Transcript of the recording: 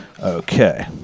Okay